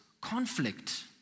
conflict